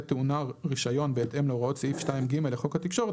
טעונה רישיון בהתאם להוראות סעיף 2(ג) לחוק התקשורת,